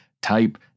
type